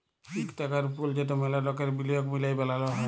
ইক টাকার পুল যেট ম্যালা লকের বিলিয়গ মিলায় বালাল হ্যয়